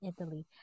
Italy